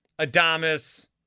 Adamas